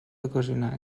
ocasionar